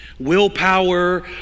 willpower